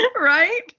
right